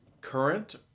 Current